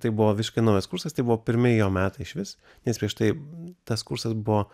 tai buvo visiškai naujas kursas tai buvo pirmi jo metai išvis nes prieš tai tas kursas buvo